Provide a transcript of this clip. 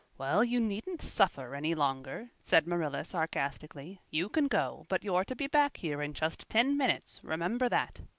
well, you needn't suffer any longer, said marilla sarcastically. you can go, but you're to be back here in just ten minutes, remember that.